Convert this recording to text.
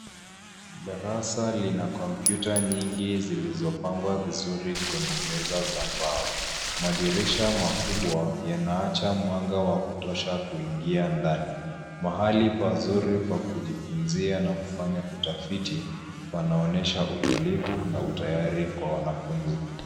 Darasa lina kompyuta nyingi zilizopangwa vizuri kwenye meza za mbao madirisha makubwa yanaacha mwanga wa kutosha kuingia ndani mahali pazuri pa kujipumzia na kufanya utafiti panaonyesha utulivu na utayari kwa wanafunzi.